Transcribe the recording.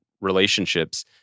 relationships